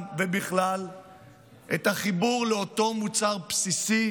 ובכלל את החיבור לאותו מוצר בסיסי,